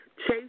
Chase